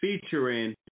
featuring